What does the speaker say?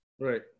Right